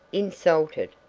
insulted,